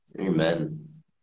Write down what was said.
Amen